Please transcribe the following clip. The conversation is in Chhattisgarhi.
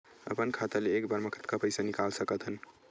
अपन खाता ले एक बार मा कतका पईसा निकाल सकत हन?